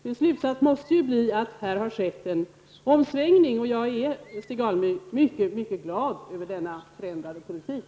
Min slutsats måste bli att här har skett en omsvängning, och jag är, Stig Alemyr, mycket glad över denna förändrade politik.